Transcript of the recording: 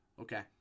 Okay